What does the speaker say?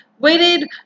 waited